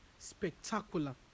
spectacular